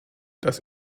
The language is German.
das